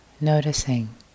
noticing